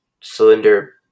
cylinder